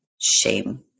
shame